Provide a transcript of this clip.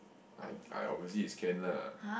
I I obviously is can lah